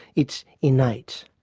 it's innate.